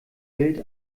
gilt